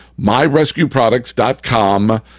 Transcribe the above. myrescueproducts.com